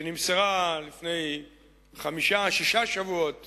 שנמסרה לפני חמישה-שישה שבועות